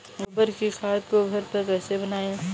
गोबर की खाद को घर पर कैसे बनाएँ?